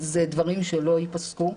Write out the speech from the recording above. אלה דברים שלא ייפסקו.